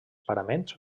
paraments